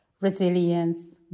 resilience